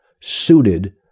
suited